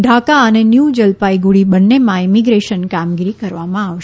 ઢાકા અને ન્યુ જલપાઈગુડી બંનેમાં ઈમિગ્રેશન કામગીરી કરવામાં આવશે